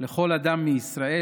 לכל אדם מישראל.